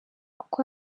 kuko